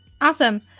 Awesome